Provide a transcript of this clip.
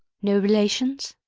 no relations?